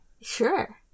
Sure